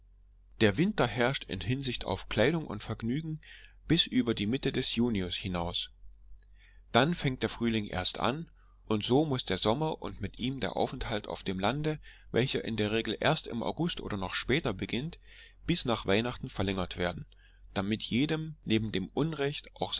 der winter herrscht in hinsicht auf kleidung und vergnügen bis über die mitte des junius hinaus dann fängt der frühling erst an und so muß der sommer und mit ihm der aufenthalt auf dem lande welcher in der regel erst im august und noch später beginnt bis nach weihnachten verlängert werden damit jedem neben dem unrecht